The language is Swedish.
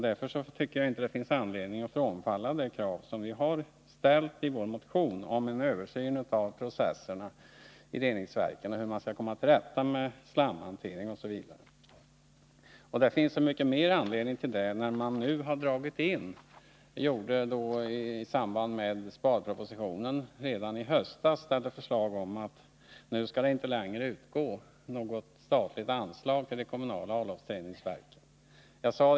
Därför tycker jag inte heller att det finns anledning att frångå det krav som vi fört fram i vår motion, nämligen kravet på en översyn av processerna vid reningsverken och en undersökning av hur man skall komma till rätta med slamhantering m.m. Det finns så mycket mindre anledning härtill, då man redan i höstas i samband med framläggandet av sparpropositionen bestämde att det inte längre skall utgå något statligt anslag till kommunala avloppsreningsverk.